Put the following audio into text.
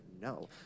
no